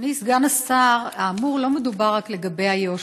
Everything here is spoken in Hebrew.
אדוני סגן השר, האמור לא מדובר רק לגבי איו"ש.